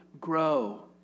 grow